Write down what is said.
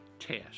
test